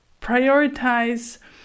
prioritize